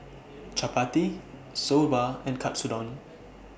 Chapati Soba and Katsudon